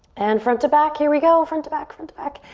and front to back. here we go. front to back, front to back.